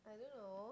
I don't know